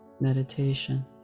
meditation